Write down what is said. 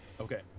Okay